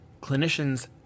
clinicians